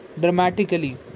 dramatically